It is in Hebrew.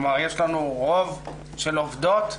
יש לנו רוב של עובדות,